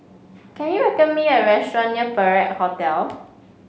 can you me a restaurant near Perak Hotel